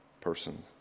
person